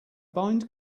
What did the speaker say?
bind